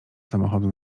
samochodu